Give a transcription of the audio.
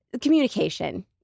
communication